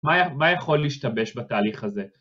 מה מה יכול להשתבש בתהליך הזה?